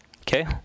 Okay